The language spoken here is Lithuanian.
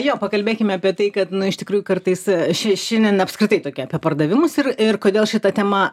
jo pakalbėkim apie tai kad iš tikrųjų kartais šia šiandien apskritai tokia apie pardavimus ir ir kodėl šita tema